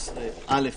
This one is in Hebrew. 13(א1),